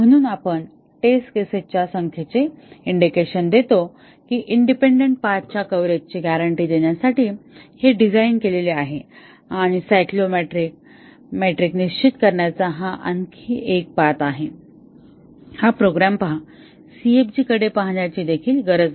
म्हणून आपण टेस्ट केसेसच्या संख्येचे इंडिकेशन देतो की इंडिपेंडन्ट पाथच्या कव्हरेजची ग्यारंटी देण्यासाठी हे डिझाइन केलेले आहे आणि सायक्लोमॅटिक मेट्रिक निश्चित करण्याचा हा आणखी एक पाथ आहे हा प्रोग्राम पहा CFG कडे पाहण्याची देखील गरज नाही